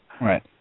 Right